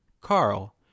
Carl